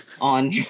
on